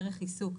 דרך עיסוק,